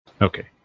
Okay